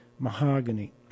mahogany